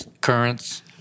currents